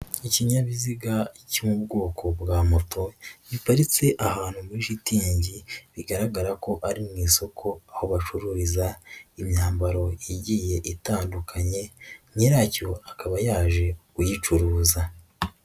Ikinyabiziga cyo mu bwoko bwa moto giparitse ahantu muri shitingi bigaragara ko ari mu isoko aho bacururiza imyambaro igiye itandukanye, nyiracyo akaba yaje kuyicuruza.